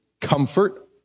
comfort